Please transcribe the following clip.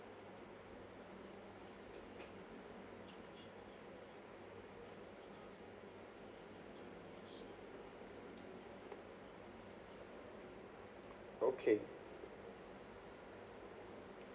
okay